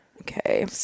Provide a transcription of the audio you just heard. Okay